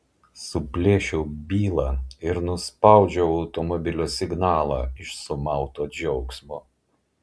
suplėšiau bylą ir nuspaudžiau automobilio signalą iš sumauto džiaugsmo